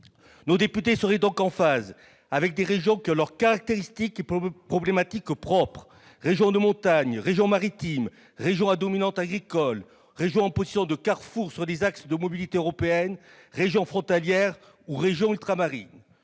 Nos députés seraient donc en phase avec des régions ayant leurs caractéristiques et problématiques propres : régions de montagne, régions maritimes, régions à dominante agricole, régions en position de carrefour sur les axes de mobilité européenne, régions frontalières ou régions ultramarines.